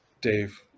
Dave